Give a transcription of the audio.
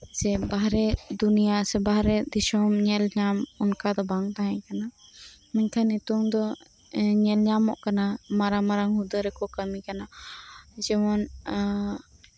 ᱥᱮ ᱵᱟᱨᱦᱮ ᱫᱩᱱᱭᱟ ᱥᱮ ᱵᱟᱨᱦᱮ ᱫᱤᱥᱟᱹᱢ ᱧᱮᱞ ᱧᱟᱢ ᱚᱱᱠᱟᱫᱚ ᱵᱟᱝ ᱛᱟᱦᱮᱸ ᱠᱟᱱᱟ ᱢᱮᱱᱠᱷᱟᱱ ᱱᱮᱛᱚᱝ ᱫᱚ ᱧᱮᱞᱧᱟᱢᱚᱜ ᱠᱟᱱᱟ ᱢᱟᱨᱟᱝ ᱢᱟᱨᱟᱝ ᱦᱩᱫᱟᱹ ᱨᱮᱠᱩ ᱠᱟᱹᱢᱤ ᱠᱟᱱᱟ ᱡᱮᱢᱚᱱ